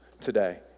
today